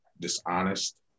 dishonest